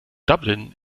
dublin